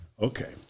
Okay